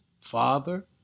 Father